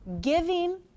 Giving